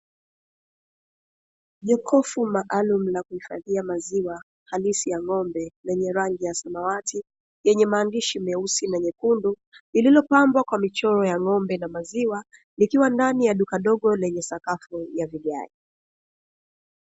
Jokofu maalumu la kuhifadhia maziwa halisi ya ng'ombe, lenye rangi ya sumawati, lenye maandishi meusi na nyekundu, liliopambwa kwa michoro ya ng'ombe na maziwa, likiwa ndani ya duka dogo lenye sakafu ya vigae.